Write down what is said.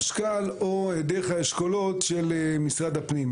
משכ"ל או דרך האשכולות של משרד הפנים.